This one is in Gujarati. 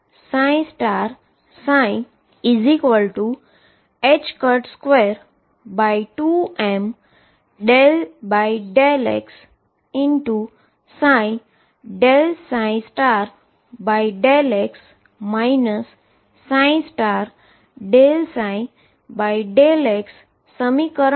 તેથી હવે આપણી પાસે iℏ ∂t22m ∂x∂x ∂ψ∂x સમીકરણ છે